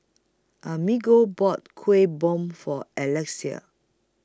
Amerigo bought Kuih Bom For Alexys